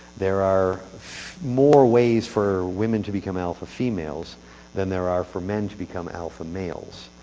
there are more ways for women to become alpha females than there are for men to become alpha males.